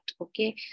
okay